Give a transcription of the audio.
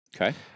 Okay